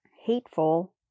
hateful